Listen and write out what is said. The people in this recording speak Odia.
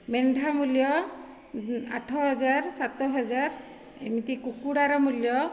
ମେଣ୍ଢା ମୂଲ୍ୟ ଆଠ ହଜାର ସାତ ହଜାର ଏମିତି କୁକୁଡ଼ାର ମୂଲ୍ୟ